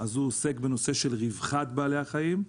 עוסק בנושא רווחת בעלי-החיים.